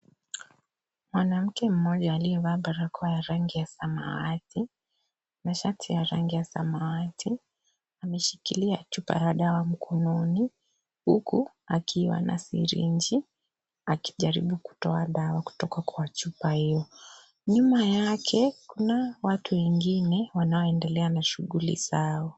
Mwanamke mmoja aliyevaa barakoa ya rangi ya samawati na shati ya rangi ya samawati, ameshikilia mkononi huku akiwa na sirinji, akijaribu kutoa dawa kutoka kwa chupa hiyo. Nyuma yake kuna watu wengine wanaoendelea na shughuli zao.